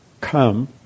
come